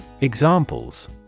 Examples